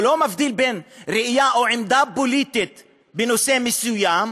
הוא לא מבדיל בין ראייה או עמדה פוליטית בנושא מסוים.